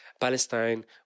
Palestine